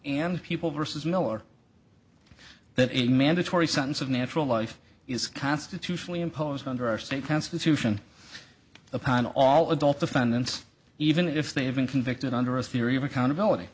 and people versus no or that a mandatory sentence of natural life is constitutionally imposed under our state constitution upon all adult the fans even if they have been convicted under a theory of accountability